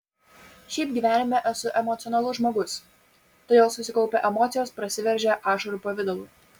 šiaip gyvenime esu emocionalus žmogus todėl susikaupę emocijos prasiveržia ašarų pavidalu